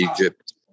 Egypt